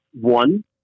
one